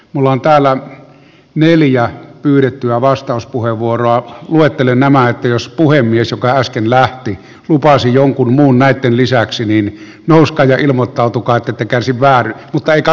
mulla on täällä neljä pyydettyä vastauspuheenvuoroa luettelee nämä heti jos puhemies joka äsken lähti lupaisi jonkun muun näytön lisäksi niin hauska ja ilmoittautuu kaiketi käsitellään mutta kysyä